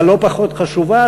הלא-פחות חשובה,